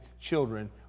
children